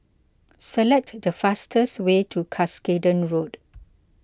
select the fastest way to Cuscaden Road